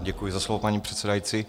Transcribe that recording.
Děkuji za slovo, paní předsedající.